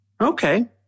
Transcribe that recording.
Okay